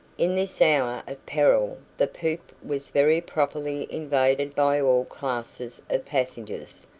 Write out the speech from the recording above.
in this hour of peril the poop was very properly invaded by all classes of passengers,